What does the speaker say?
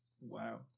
Wow